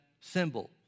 symbol